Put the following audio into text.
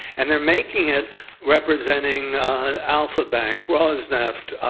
and they're making it representing alpha bank, rosneft,